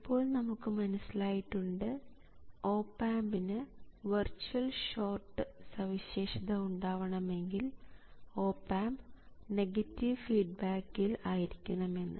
ഇപ്പോൾ നമുക്ക് മനസ്സിലായിട്ടുണ്ട് ഓപ് ആമ്പ് ന് വെർച്യുൽ ഷോർട്ട് സവിശേഷത ഉണ്ടാവണമെങ്കിൽ ഓപ് ആമ്പ് നെഗറ്റീവ് ഫീഡ്ബാക്കിൽ ആയിരിക്കണം എന്ന്